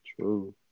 True